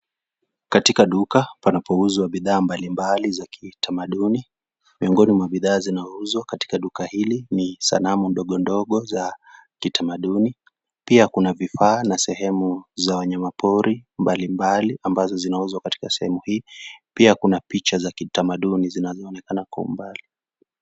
Katika duka panapouzwa bidhaa mbali mbali za kitamaduni, miongoni mwa bidhaa zinazouzwa katika dogo hili ni sanamu ndogo ndogo za kitamaduni pia kuna vifaa na sehumu za wanyama pori mbali mbali ambazo zinauzwa katika sehemu hii pia kuna picha za kitamaduni zinazoonekana kwa umbali.